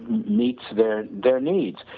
meets their their needs.